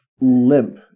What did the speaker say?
limp